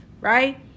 right